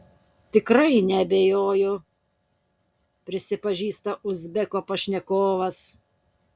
tikrai neabejoju prisipažįsta uzbeko pašnekovas